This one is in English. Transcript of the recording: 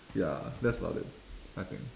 ya that's about it I think